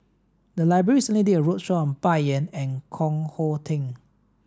the library recently did a roadshow Bai Yan and Koh Hong Teng